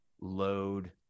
Load